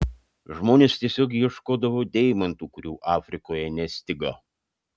žmonės tiesiog ieškodavo deimantų kurių afrikoje nestigo